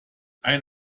ein